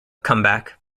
comeback